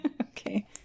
Okay